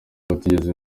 batigeze